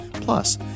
Plus